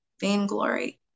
vainglory